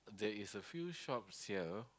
there is a few shops here